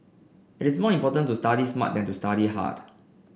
it's more important to study smart than to study hard